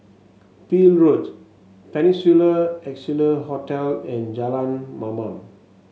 Peel Road Peninsula Excelsior Hotel and Jalan Mamam